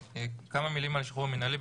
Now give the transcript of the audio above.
כמה מילים על השחרור המינהלי.